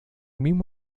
mismo